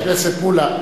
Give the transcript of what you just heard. חבר הכנסת מולה,